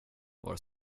var